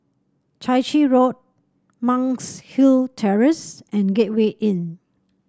Chai Chee Road Monk's Hill Terrace and Gateway Inn